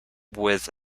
with